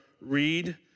read